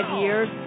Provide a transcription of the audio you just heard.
years